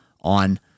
on